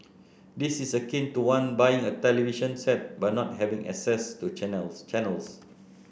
this is akin to one buying a television set but not having access to channels channels